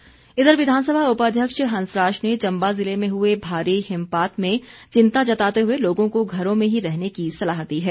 हंसराज इधर विधानसभा उपाध्यक्ष हंसराज ने चम्बा जिले में हुए भारी हिमपात में चिंता जताते हुए लोगों को घरों में ही रहने की सलाह दी है